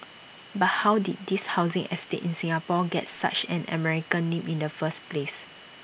but how did this housing estate in Singapore get such an American name in the first place